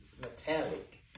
metallic